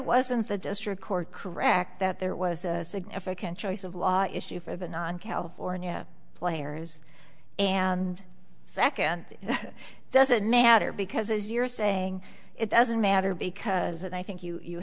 wasn't the district court correct that there was a significant choice of law issue for the non california players and second it doesn't matter because as you're saying it doesn't matter because i think you